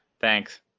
Thanks